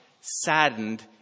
saddened